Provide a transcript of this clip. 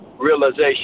realization